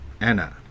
Anna